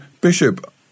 Bishop